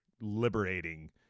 liberating